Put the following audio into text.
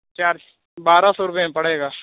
چار سو بارہ سو روپے میں پڑے گا